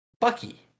Bucky